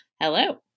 Hello